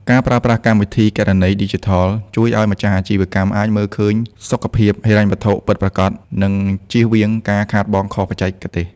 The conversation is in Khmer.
ការប្រើប្រាស់ កម្មវិធីគណនេយ្យឌីជីថល ជួយឱ្យម្ចាស់អាជីវកម្មអាចមើលឃើញសុខភាពហិរញ្ញវត្ថុពិតប្រាកដ និងចៀសវាងការខាតបង់ខុសបច្ចេកទេស។